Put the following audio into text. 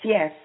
Yes